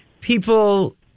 people